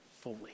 fully